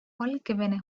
valgevene